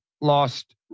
lost